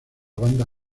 banda